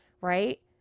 right